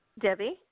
Debbie